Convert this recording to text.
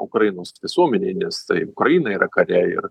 ukrainos visuomenėj nes tai ukraina yra kare ir